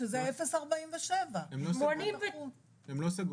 שזה 0.47%. הם לא סגרו.